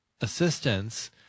assistance